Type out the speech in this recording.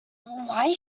why